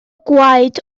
gwaed